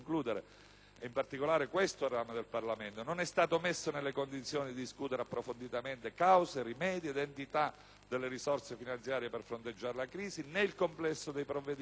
in particolare questo ramo del Parlamento, non è stato messo in condizione di discutere approfonditamente cause, rimedi ed entità delle risorse finanziarie per fronteggiare la crisi, né il complesso dei provvedimenti economici